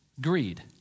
greed